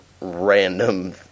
random